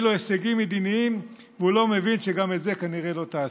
לו הישגים מדיניים והוא לא מבין שגם את זה כנראה לא תעשה.